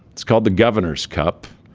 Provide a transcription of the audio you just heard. it's called the governor's cup.